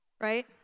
right